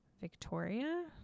Victoria